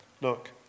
Look